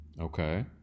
Okay